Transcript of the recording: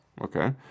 Okay